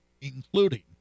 including